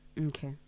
Okay